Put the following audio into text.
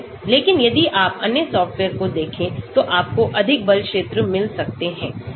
लेकिन यदि आप अन्य सॉफ्टवेयर्स को देखें तो आपको अधिक बल क्षेत्र मिल सकते हैं